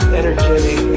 energetic